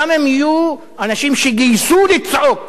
גם אם יהיו אנשים שגייסו לצעוק: